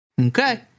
Okay